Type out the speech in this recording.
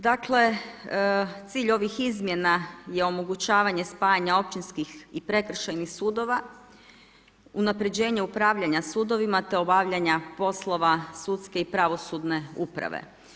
Dakle cilj ovih izmjena je omogućavanje spajanja općinskih i prekršajnih sudova, unapređenje upravljanja sudovima te obavljanja poslova sudske i pravosudne uprave.